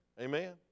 Amen